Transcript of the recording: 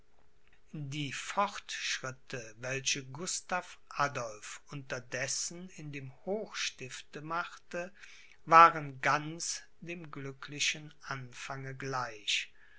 die fortschritte welche gustav adolph unterdessen in dem hochstifte machte waren ganz dem glücklichen anfange gleich